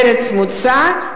ארץ מוצא,